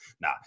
nah